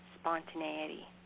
spontaneity